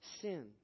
sin